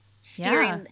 steering